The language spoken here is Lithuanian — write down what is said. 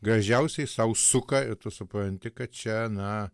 gražiausiai sau suka ir tu supranti kad čia na